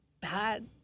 bad